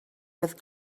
with